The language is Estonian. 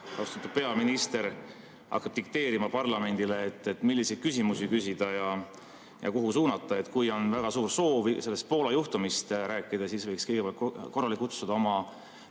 austatud peaminister hakkab dikteerima parlamendile, milliseid küsimusi küsida ja kuhu suunata. Kui on väga suur soov sellest Poola juhtumist rääkida, siis võiks kõigepealt korrale kutsuda oma